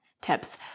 tips